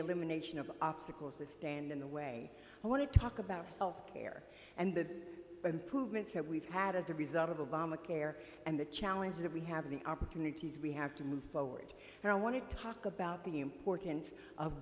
elimination of obstacles that stand in the way i want to talk about health care and the improvements that we've had as a result of obamacare and the challenges that we have the opportunities we have to move forward and i wanted to talk about the importance of